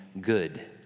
good